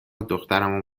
دخترمو